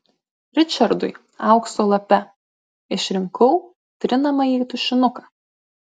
ričardui aukso lape išrinkau trinamąjį tušinuką